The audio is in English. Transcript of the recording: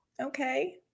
Okay